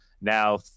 Now